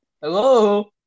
hello